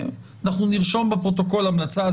אנחנו נרשום בפרוטוקול המלצה,